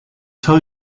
tell